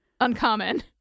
uncommon